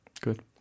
Good